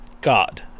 god